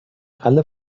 alle